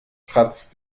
kratzt